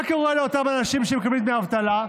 מה קורה לאותם אנשים שמקבלים דמי אבטלה?